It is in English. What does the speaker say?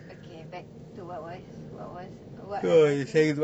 okay back to what was what was what I was saying